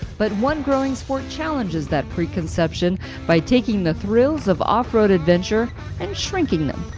but one growing sport challenges that preconception by taking the thrills of off-road adventure and shrinking them.